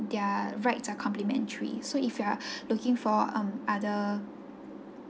their rights are complementary so if you are looking for um other